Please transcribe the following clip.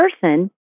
person